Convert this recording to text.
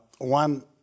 One